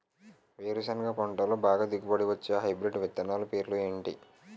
వేరుసెనగ పంటలో బాగా దిగుబడి వచ్చే హైబ్రిడ్ విత్తనాలు పేర్లు ఏంటి?